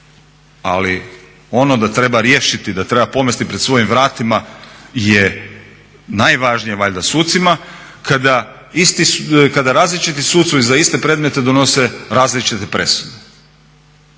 ali ono da treba riješiti da treba pomesti pred svojim vratima je najvažnije valjda sucima kada različiti suci za iste predmete donose različite presude?